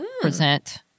Present